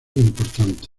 importante